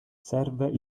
serve